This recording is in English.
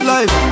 Life